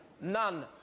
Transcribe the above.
none